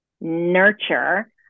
nurture